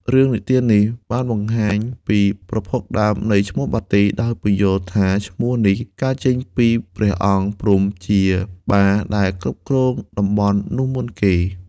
រឿងនិទាននេះបានបង្ហាញពីប្រភពដើមនៃឈ្មោះ "បាទី" ដោយពន្យល់ថា ឈ្មោះនេះកើតចេញពីព្រះអង្គព្រហ្មជា "បា" ដែលគ្រប់គ្រងតំបន់នោះមុនគេ។